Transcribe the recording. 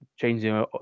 changing